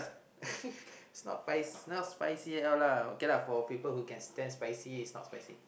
it's not spice it's not spicy at all lah okay lah for people who can stand spicy it's not spicy